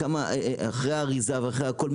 אחרי אריזה ואחרי הכל,